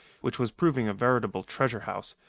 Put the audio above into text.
which was proving a veritable treasure-house,